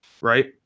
right